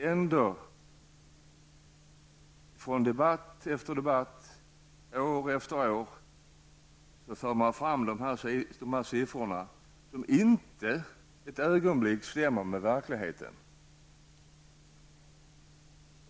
Ändå, i debatt efter debatt, år efter år, för man fram siffror som inte ett ögonblick stämmer med verkligheten.